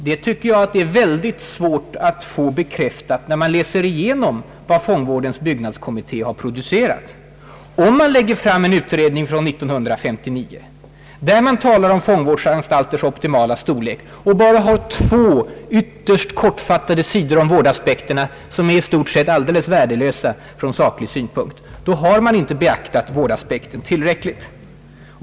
Det tycker jag är mycket svårt att få bekräftat, när man läser igenom vad fångvårdens byggnadskommitté har producerat. Om man lägger fram en utredning 1959, där man talar om fångvårdsanstalters optimala storlek och bara har två ytterligt kortfattade och i stort sett alldeles innehållslösa sidor om vårdaspekterna, då har man inte beaktat vårdaspekten tillräckligt.